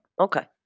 Okay